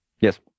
Yes